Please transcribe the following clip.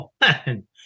man